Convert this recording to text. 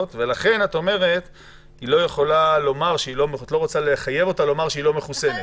לכן את לא רוצה לחייב אותה לומר שהיא לא מחוסנת.